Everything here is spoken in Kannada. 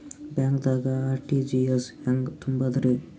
ಬ್ಯಾಂಕ್ದಾಗ ಆರ್.ಟಿ.ಜಿ.ಎಸ್ ಹೆಂಗ್ ತುಂಬಧ್ರಿ?